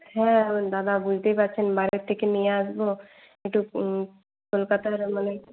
হ্যাঁ দাদা বুঝতেই পারছেন বাইরের থেকে নিয়ে আসবো একটু কলকাতার মানে